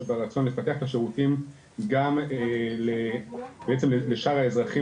שברצון לפתח את השירותים גם בעצם לשאר האזרחים